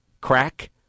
crack